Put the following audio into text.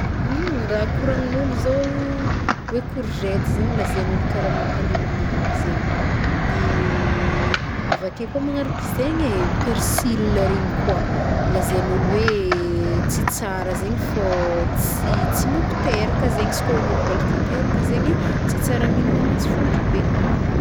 Raha koragnon'olo zao hoe courgety zegny hono lazain'olo karaha mampalemilemy zey, avake koa manarak zegny e, persil regny koa lazain'olo hoe tsy tsara zegny fô tsy- tsy mampiteraka zegny izy kô ôlo mbô te hiteraka zegny tsy tsara mihignagna agnazy fontry be.